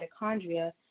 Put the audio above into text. mitochondria